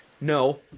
No